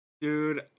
dude